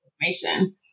information